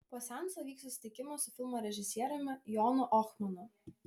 po seanso vyks susitikimas su filmo režisieriumi jonu ohmanu